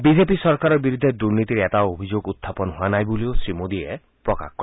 BJP চৰকাৰৰ বিৰুদ্ধে দুৰ্নীতিৰ এটাও অভিযোগ উখাপন হোৱা নাই বুলিও শ্ৰীমোদীয়ে প্ৰকাশ কৰে